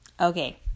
Okay